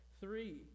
three